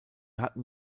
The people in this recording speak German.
hatten